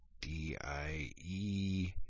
D-I-E